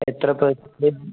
എത്ര പെർസെൻ്റെജാണ്